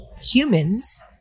humans